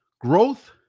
Growth